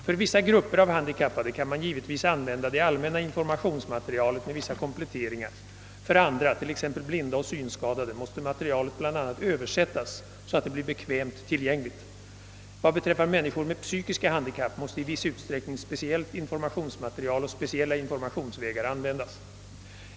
För vissa grupper av handikappade kan man givetvis använda det allmänna informationsmaterialet med vissa kompletteringar, för andra, t.ex. blinda och synskadade, måste materialet bl.a. översättas så att det blir bekvämt tillgängligt. Vad beträffar människor med psykiska handikapp måste i viss utsträckning speciellt informationsmaterial och speciella informationsvägar användas.